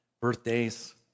birthdays